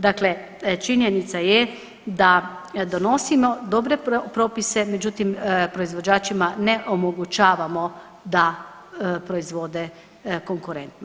Dakle, činjenica je da donosimo dobre propise, međutim proizvođačima ne omogućavamo da proizvode konkurentno.